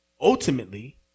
ultimately